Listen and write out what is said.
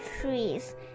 trees